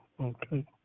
okay